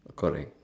correct